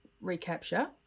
recapture